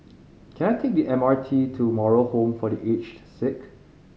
can I take the M R T to Moral Home for The Aged Sick